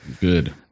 Good